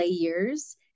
layers